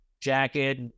jacket